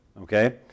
okay